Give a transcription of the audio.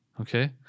Okay